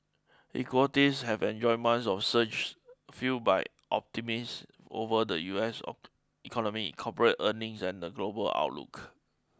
equities have enjoyed months of surges fuelled by optimist over the U S oak economy corporate earnings and the global outlook